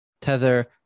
Tether